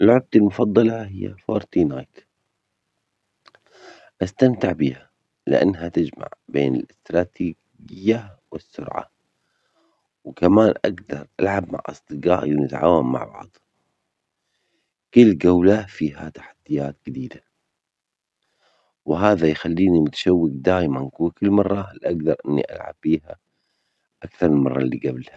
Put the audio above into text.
أعتقد أنني زرت صلالة في عمان، لأن هذا المكان يتميز بجمال طبيعي فريد، استمتعت به بسبب المناخ المعتدل طوال العام، والمناظر الخلابة مثل الجبال والشواطئ الخضراء، كما أن زيارة الوديان والشلالات كانت تجربة مميزة، وأجواء المدينة الهادئة أضافت لمسة من الراحة والسكينة.